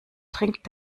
trinkt